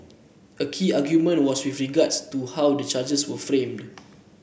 a key argument was with regards to how the charges were framed